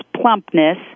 plumpness